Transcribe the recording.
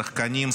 שחקנים,